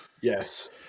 Yes